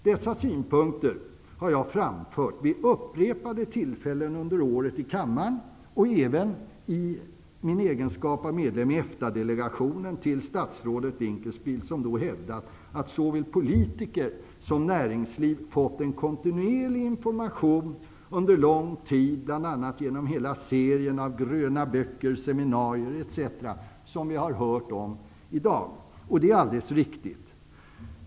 Dessa synpunkter har jag framfört vid upprepade tillfällen under året i kammaren och även i min egenskap av medlem i EFTA-delegationen till statsrådet Dinkelspiel. Han har då hävdat att såväl politiker som näringsliv fått en kontinuerlig information under lång tid bl.a. genom hela serien av gröna böcker, seminarier etc. Det är alldeles riktigt.